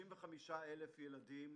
65,000 ילדים